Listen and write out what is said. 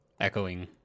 Echoing